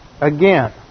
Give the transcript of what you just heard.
again